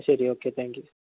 ശരി okay thank you